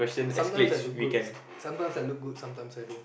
sometimes I look good sometimes I look good sometimes I don't